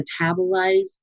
metabolize